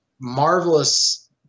marvelous